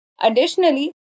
Additionally